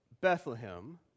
Bethlehem